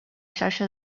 xarxa